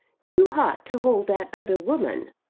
too hot to hold that other woman.